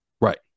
Right